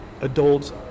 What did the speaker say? adults